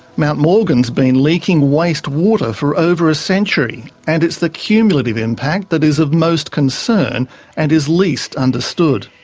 mount morgan has been leaking waste water for over a century, and it's the cumulative impact that is of most concern and is least understood.